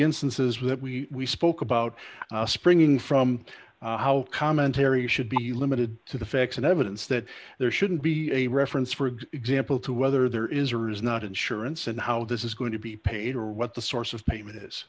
instances when we spoke about springing from how commentary should be limited to the facts and evidence that there shouldn't be a reference for example to whether there is or is not insurance and how this is going to be paid or what the source of name i